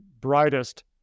brightest